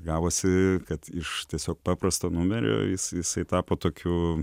gavosi kad iš tiesiog paprasto numerio jis jisai tapo tokiu